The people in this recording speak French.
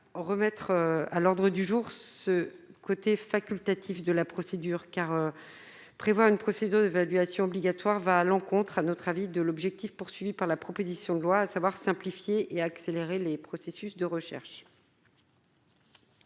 remettre à l'ordre du jour, ce côté facultatif de la procédure car prévoit une procédure d'évaluation obligatoire va à l'encontre, à notre avis, de l'objectif poursuivi par la proposition de loi savoir simplifier et accélérer les processus de recherche.